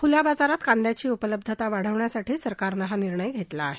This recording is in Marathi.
खुल्या बाजारात कांद्याची उपलब्धता वाढवण्यासाठी सरकारनं हा निर्णय घेतला आहे